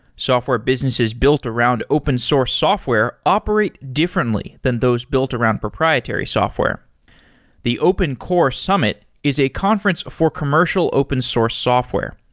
software businesses built around open source software operate differently than those built around proprietary software the open core summit is a conference for commercial open source software.